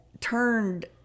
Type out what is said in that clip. turned